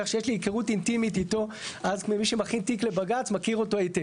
כך שיש לי היכרות אינטימית איתו אז מי שמכין תיק לבג"ץ מכיר אותו היטב.